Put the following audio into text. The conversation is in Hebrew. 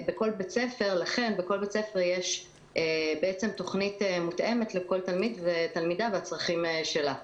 לכן בכל בית ספר יש תוכנית מותאמת לכל תלמיד ותלמידה והצרכים שלה.